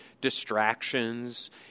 distractions